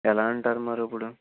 ఎలా అంటారు మరి ఇప్పుడు